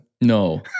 No